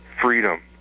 freedom